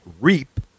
reap